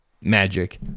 magic